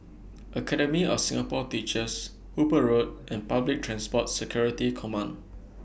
Academy of Singapore Teachers Hooper Road and Public Transport Security Command